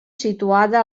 situada